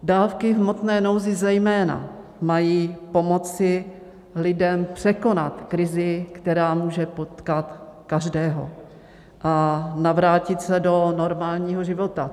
Dávky v hmotné nouzi zejména mají pomoci lidem překonat krizi, která může potkat každého, a navrátit se do normálního života.